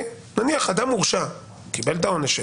נניח, אדם הורשע וקיבל את העונש שלו.